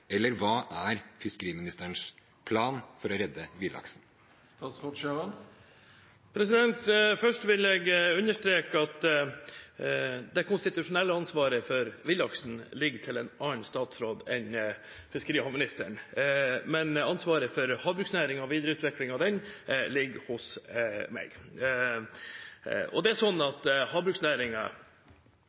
Hva er fiskeriministerens plan for å redde villaksen? Først vil jeg understreke at det konstitusjonelle ansvaret for villaksen ligger til en annen statsråd enn fiskeri- og havministeren. Men ansvaret for havbruksnæringen og videreutviklingen av den ligger hos meg. Havbruksnæringen er helt avgjørende for lys i husene, for verdiskaping og